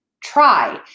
try